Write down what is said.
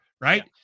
right